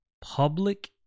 public